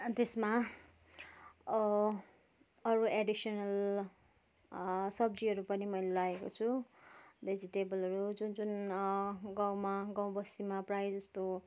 त्यसमा अरू एडिसनल सब्जीहरू पनि मैले लगाएको छु भेजिटेबलहरू जुन जुन गाउँमा गाउँबस्तीमा प्रायःजस्तो